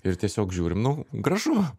ir tiesiog žiūrim nu gražu